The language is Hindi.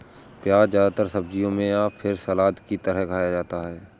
प्याज़ ज्यादातर सब्जियों में या फिर सलाद की तरह खाया जाता है